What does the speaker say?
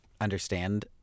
understand